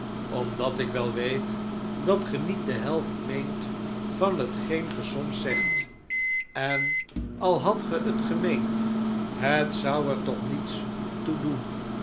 omdat ik wel weet dat ge niet de helft meent van hetgeen ge soms zegt en al hadt ge het gemeend het zou er toch niets toe doen